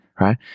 Right